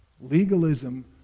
Legalism